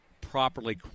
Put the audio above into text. properly